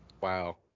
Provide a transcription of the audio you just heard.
Wow